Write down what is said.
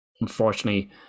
unfortunately